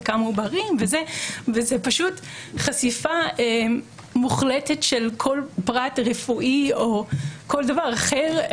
כמה עוברים וזה פשוט חשיפה מוחלטת של כל פרט רפואי או כל דבר אחר.